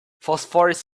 phosphorus